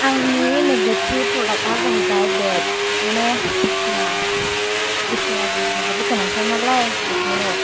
आंनि नेगेटिब प्रदागआ जाहैबाय बेद माने बिसिना बिसिनाया जोंनि थाखाय जोबोद गोनांथारनालाय बेखायनो